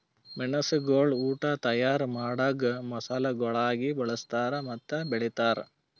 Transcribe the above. ಮೆಣಸುಗೊಳ್ ಉಟ್ ತೈಯಾರ್ ಮಾಡಾಗ್ ಮಸಾಲೆಗೊಳಾಗಿ ಬಳ್ಸತಾರ್ ಮತ್ತ ಬೆಳಿತಾರ್